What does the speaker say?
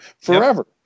forever